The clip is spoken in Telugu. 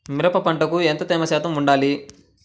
మిరప పంటకు ఎంత తేమ శాతం వుండాలి?